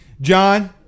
John